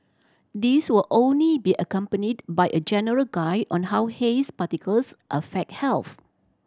these will only be accompanied by a general guide on how haze particles affect health